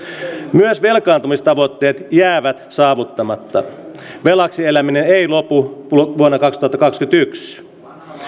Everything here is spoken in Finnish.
myös velkaantumistavoitteet jäävät saavuttamatta velaksi eläminen ei lopu vuonna kaksituhattakaksikymmentäyksi